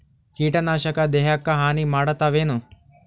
ಕೀಟನಾಶಕ ದೇಹಕ್ಕ ಹಾನಿ ಮಾಡತವೇನು?